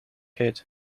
heet